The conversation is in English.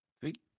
Sweet